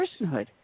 personhood